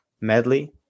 medley